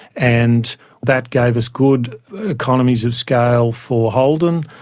and that gave us good economies of scale for holden,